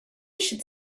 should